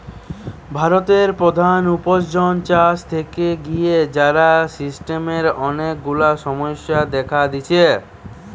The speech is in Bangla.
ভারতের প্রধান উপার্জন চাষ থিকে হচ্ছে, যার সিস্টেমের অনেক গুলা সমস্যা দেখা দিচ্ছে